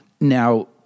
Now